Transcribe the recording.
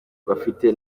bafite